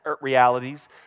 realities